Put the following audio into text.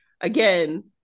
again